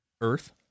earth